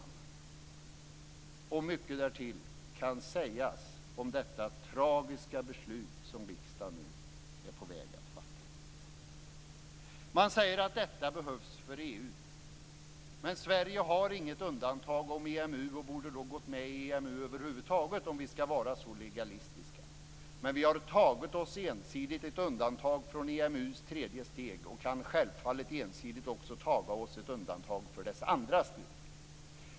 Detta och mycket därtill kan sägas om det tragiska beslut som riksdagen nu är på väg att fatta. Man säger att detta beslut är nödvändigt för en EU-anpassning. Men Sverige har inget undantag om EMU och borde därför ha gått med där, om vi nu skall vara så legalistiska. Men vi har ensidigt tagit oss ett undantag från EMU:s tredje steg och kan självfallet ensidigt också ta oss ett undantag för dess andra steg.